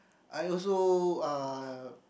I also uh